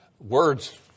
words